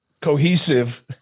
cohesive